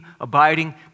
abiding